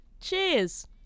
cheers